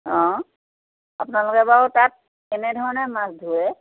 অঁ আপোনালোকে বাৰু তাত কেনেধৰণে মাছ ধৰে